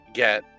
get